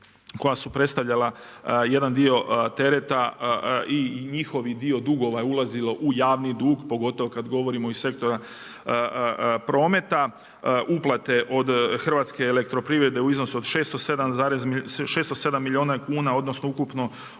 koja su predstavljala jedan dio tereta i njihov dio dugova je ulazilo u javni dug, pogotovo kada govorimo od sektora prometa. Uplate od HEP-a u iznosu od 607 milijuna kuna odnosno ukupno